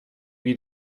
wie